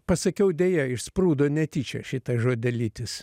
pasakiau deja išsprūdo netyčia šitas žodelytis